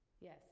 Yes